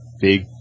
big